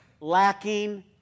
lacking